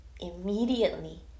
immediately